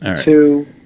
two